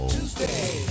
Tuesday